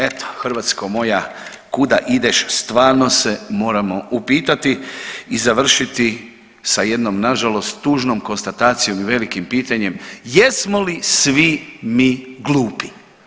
Eto, Hrvatska moja kuda ideš stvarno moramo upitati i završiti sa jednom nažalost tužnom konstatacijom i velikim pitanjem jesmo li svi mi glupi?